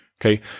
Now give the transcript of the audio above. Okay